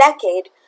decade